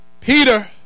Peter